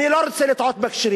אני לא רוצה לטעות בכשרים,